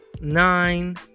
nine